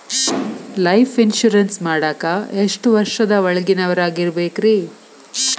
Life insurance ಮಾಡಾಕ ಎಷ್ಟು ವರ್ಷದ ಒಳಗಿನವರಾಗಿರಬೇಕ್ರಿ?